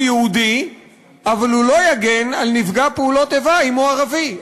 יהודי אבל הוא לא יגן על נפגע פעולות איבה אם הוא ערבי?